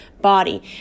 body